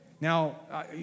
Now